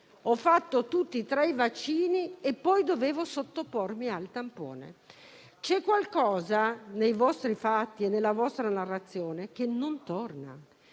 fatto tutti e tre i vaccini, dovevo sottopormi al tampone. C'è qualcosa nei vostri fatti e nella vostra narrazione che non torna